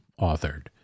authored